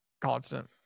constant